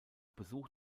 besuch